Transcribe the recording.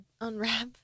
unwrap